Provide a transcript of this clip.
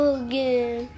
again